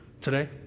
today